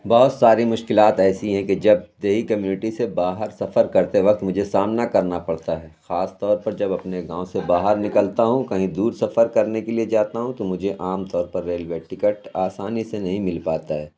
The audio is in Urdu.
بہت ساری مشکلات ایسی ہیں کہ جب دیہی کمیونٹی سے باہر سفر کرتے وقت مجھے سامنا کرنا پڑتا ہے خاص طور پر جب اپنے گاؤں سے باہر نکلتا ہوں کہیں دور سفر کرنے کے لیے جاتا ہوں تو مجھے عام طور پر ریلوے ٹکٹ آسانی سے نہیں مل پاتا ہے